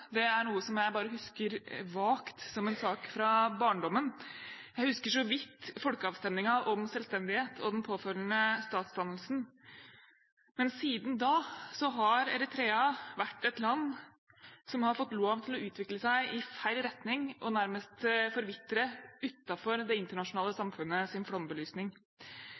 er noe som jeg vagt husker som en sak fra barndommen. Jeg husker så vidt folkeavstemningen om selvstendighet og den påfølgende statsdannelsen. Men siden har Eritrea vært et land som har fått lov til å utvikle seg i feil retning og nærmest forvitre utenfor det internasjonale samfunnets flombelysning.